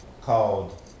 called